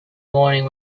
morning